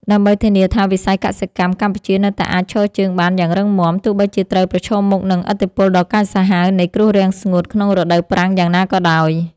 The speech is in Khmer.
ដើម្បីធានាថាវិស័យកសិកម្មកម្ពុជានៅតែអាចឈរជើងបានយ៉ាងរឹងមាំ ទោះបីជាត្រូវប្រឈមមុខនឹងឥទ្ធិពលដ៏កាចសាហាវនៃគ្រោះរាំងស្ងួតក្នុងរដូវប្រាំងយ៉ាងណាក៏ដោយ។